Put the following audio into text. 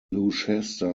gloucester